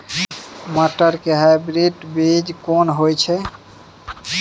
मटर के हाइब्रिड बीज कोन होय है?